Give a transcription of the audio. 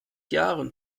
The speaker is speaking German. jahren